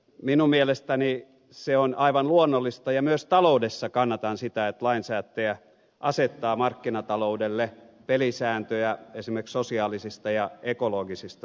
minun mielestäni se on aivan luonnollista ja myös taloudessa kannatan sitä että lainsäätäjä asettaa markkinataloudelle pelisääntöjä esimerkiksi sosiaalisista ja ekologisista syistä